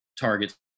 targets